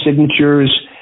signatures